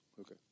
Okay